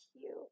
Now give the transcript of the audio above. cute